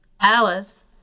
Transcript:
Alice